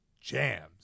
jams